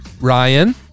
Ryan